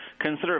consider